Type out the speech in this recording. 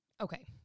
Okay